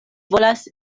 volas